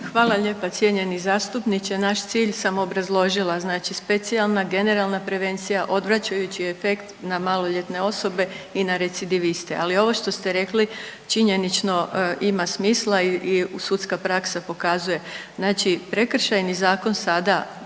Hvala lijepa cijenjeni zastupniče, naš cilj sam obrazložila. Znači specijalna, generalna prevencija, odvračajući efekt na maloljetne osobe i na recidiviste, ali ovo što ste rekli činjenično ima smisla i sudska praksa pokazuje. Znači prekršajni zakon sada